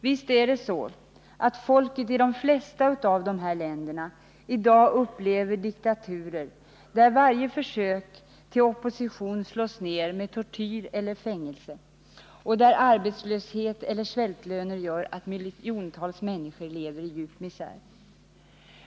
Visst är det så att folket i de flesta av dessa länder i dag upplever diktaturer där varje försök till opposition slås ner med tortyr eller fängelse och där arbetslöshet eller svältlöner gör att miljontals människor lever i djup misär.